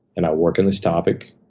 and i'll work on this topic.